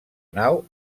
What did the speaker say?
nau